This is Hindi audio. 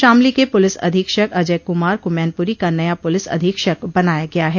शामली के पुलिस अधीक्षक अजय कुमार को मैनपुरी का नया पुलिस अधीक्षक बनाया गया है